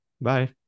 Bye